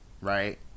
right